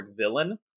villain